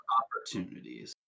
opportunities